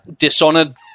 dishonored